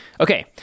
Okay